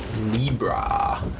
Libra